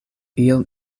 iel